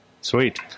Sweet